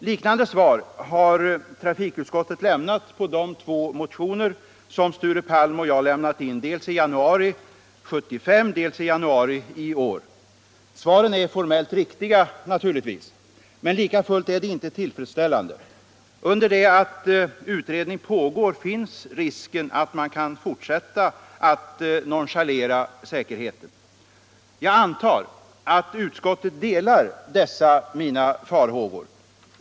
Liknande svar har trafikutskottet lämnat på de två motioner som Sture Palm och jag har lämnat in, dels i januari Svaren är naturligtvis formellt riktiga. Men likafullt är de inte till Torsdagen den fredsställande. Under tiden som utredning pågår föreligger risk för att 6 maj 1976 man kan fortsätta att nonchalera säkerheten. Jag antar att utskottet delar dessa mina farhågor.